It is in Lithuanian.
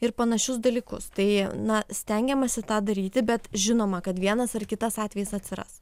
ir panašius dalykus tai na stengiamasi tą daryti bet žinoma kad vienas ar kitas atvejis atsiras